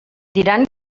diran